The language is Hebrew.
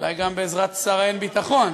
אולי גם בעזרת שר האין-ביטחון,